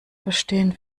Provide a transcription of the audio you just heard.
verstehen